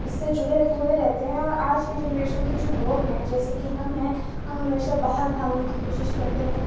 اِس سے جڑے ہوئے رہتے ہیں آج کے جنریشن کے جو لوگ ہیں جیسے کہ ہم ہیں ہم ہمیشہ باہر بھاگنے کی کوشش کرتے ہیں